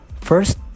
First